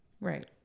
Right